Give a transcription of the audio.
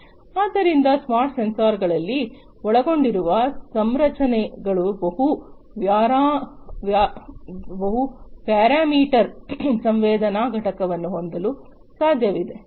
ಆದ್ದರಿಂದ ಸ್ಮಾರ್ಟ್ ಸೆನ್ಸರ್ಗಳಲ್ಲಿ ಒಳಗೊಂಡಿರುವ ಸಂರಚನೆಗಳು ಬಹು ಪ್ಯಾರಾಮೀಟರ್ ಸಂವೇದನಾ ಘಟಕವನ್ನು ಹೊಂದಲು ಸಾಧ್ಯವಿದೆ